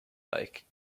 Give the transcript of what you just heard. like